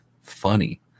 funny